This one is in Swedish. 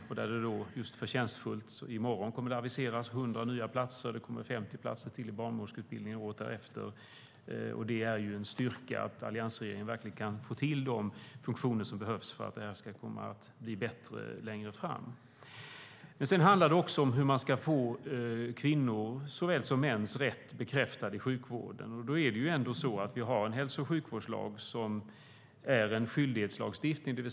I morgon kommer det förtjänstfullt att aviseras 100 nya platser, och det kommer 50 platser till i barnmorskeutbildningen året därefter. Det är en styrka att alliansregeringen verkligen kan få till de funktioner som behövs för att det ska komma att bli bättre längre fram. Sedan handlar det också om hur man ska få kvinnors såväl som mäns rätt bekräftad i sjukvården. Det är ändå så att vi har en hälso och sjukvårdslag som är en skyldighetslagstiftning.